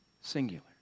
singular